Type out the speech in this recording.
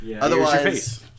Otherwise